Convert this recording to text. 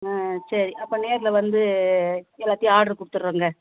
ஆ சரி அப்போ நேரில் வந்து எல்லாத்தையும் ஆட்ரு கொடுத்துட்றோங்க